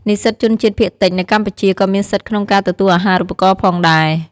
និស្សិតជនជាតិភាគតិចនៅកម្ពុជាក៏មានសិទ្ធិក្នុងការទទួលអាហារូបករណ៍ផងដែរ។